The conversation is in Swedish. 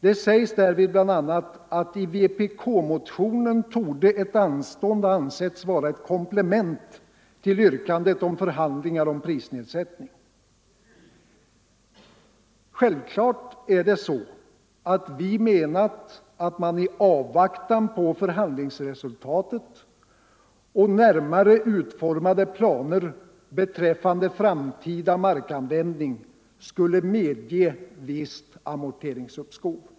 Det sägs därvid bl.a. att i vpk-motionen torde ett anstånd ha ansetts vara ett komplement till yrkandet om förhandlingar om prisnedsättning. Självklart är det så att vi menat att man i avvaktan på förhandlings resultatet och närmare utformade planer beträffande framtida markanvändning skulle medge visst amorteringsuppskov.